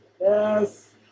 yes